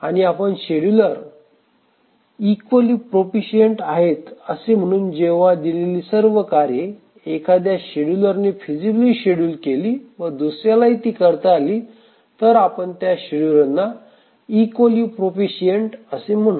आणि आपण scheduler equally proficient आहेत असे म्हणून जेव्हा दिलेली सर्व कार्ये एखाद्या शेड्युलरने फिसिबली शेडूल केली व दुसऱ्यालाही ती करता आली तर आपण त्या शेड्युलरना इक्वली प्रोफिशिएंट असे म्हणू